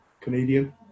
Canadian